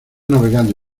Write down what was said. navegando